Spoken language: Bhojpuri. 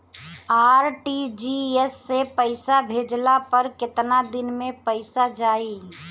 आर.टी.जी.एस से पईसा भेजला पर केतना दिन मे पईसा जाई?